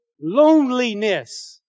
loneliness